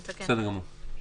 (ג)